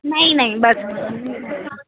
نہیں نہیں بس